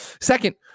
second